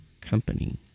company